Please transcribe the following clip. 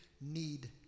need